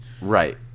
right